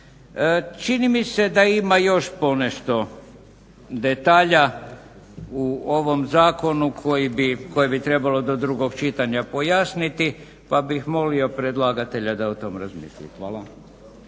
Čini mi se da ima još ponešto detalja u ovom zakonu koje bi trebalo do drugog čitanja pojasniti, pa bih molio predlagatelja da o tome razmisli. Hvala.